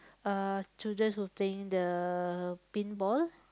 uh children who playing the pinball